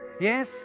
Yes